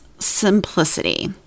simplicity